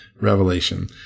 revelation